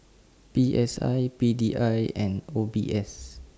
P S I P D I and O B S